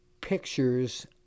pictures